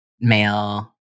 male